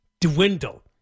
dwindle